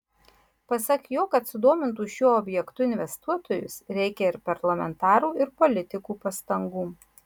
pasak jo kad sudomintų šiuo objektu investuotojus reikia ir parlamentarų ir politikų pastangų